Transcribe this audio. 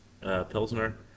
pilsner